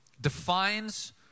defines